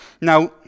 Now